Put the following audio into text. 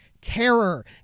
terror